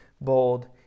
bold